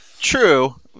True